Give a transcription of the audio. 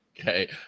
Okay